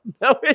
no